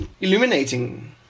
illuminating